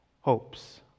hopes